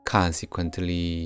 Consequently